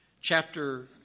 chapter